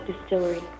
Distillery